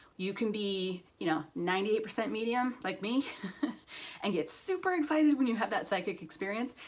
you can, be you know, ninety eight percent medium like me and get super excited when you have that psychic experience,